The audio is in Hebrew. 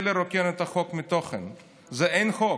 זה לרוקן את החוק מתוכן, זה, אין חוק.